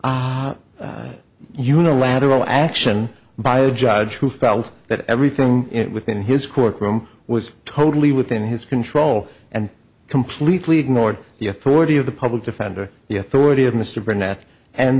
unilateral action by a judge who felt that everything within his courtroom was totally within his control and completely ignored the authority of the public defender the authority of mr burnett and